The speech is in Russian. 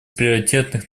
приоритетных